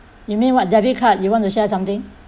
you mean what debit card you want to share something